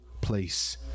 place